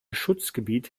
schutzgebiet